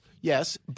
yes